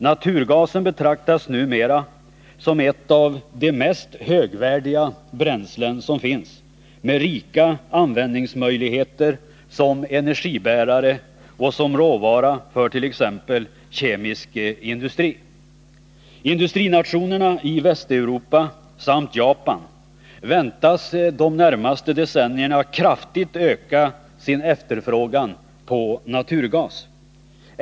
Naturgasen betraktas numera som ett av de mest högvärdiga bränslen som finns, med rika användningsmöjligheter som energibärare och som råvara för t.ex. kemisk industri. Industrinationerna i Västeuropa samt Japan väntas de närmaste decennierna kraftigt öka sin efterfrågan på naturgas.